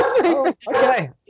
Okay